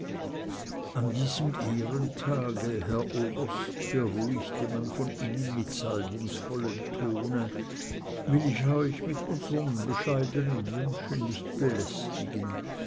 an diesem eurem ehrentage herr oberst beruhigte man von innen mit salbungsvollem tone will ich euch mit unsern bescheidenen wünschen nicht belästigen